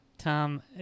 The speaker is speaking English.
Tom